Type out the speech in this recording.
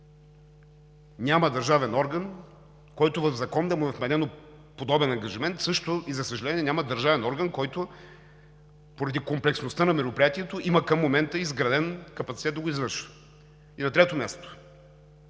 Няма държавен орган, който в закон да му е вменен подобен ангажимент, а също, за съжаление, няма държавен орган, който поради комплексността на мероприятието към момента има изграден капацитет да го извършва. На трето място,